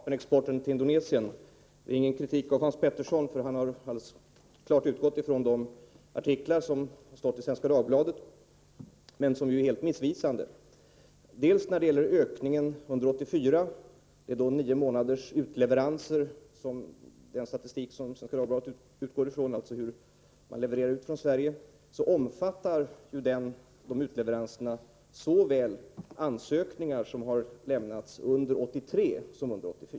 Herr talman! Jag vill först ta upp det som Hans Petersson i Hallstahammar sade om en ökning av vapenexporten till Indonesien — det är ingen kritik av Hans Petersson, eftersom han har utgått från de artiklar som stått att läsa i Svenska Dagbladet, men dessa artiklar är helt missvisande. Vad beträffar ökningen av vapenexporten under 1984 och den statistik som Svenska Dagbladet utgår ifrån är det fråga om nio månaders utleveranser från Sverige. Dessa utleveranser omfattar i fråga om Indonesien ansökningar som har lämnats såväl under 1983 som under 1984.